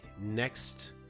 next